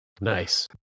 Nice